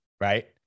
right